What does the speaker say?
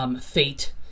fate